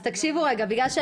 ראשית,